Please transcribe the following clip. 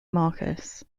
markus